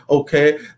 Okay